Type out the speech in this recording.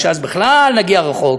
מפני שאז בכלל נגיע רחוק,